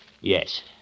yes